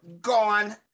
gone